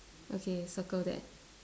okay circle that